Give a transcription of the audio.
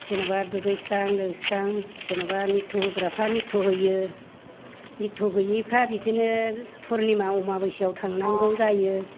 जेनेबा दुगैस्रां लोबस्रां जेनेबा नित्य' होग्राफोरा नित्य' होयो नित्य' गैयिफोरा बिदिनो फुर्निमा अमाबस्याआव थांनांगौ जायो